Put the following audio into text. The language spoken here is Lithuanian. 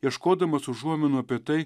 ieškodamas užuominų apie tai